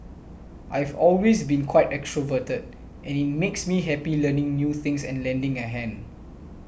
I've always been quite extroverted and it makes me happy learning new things and lending a hand